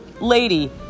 lady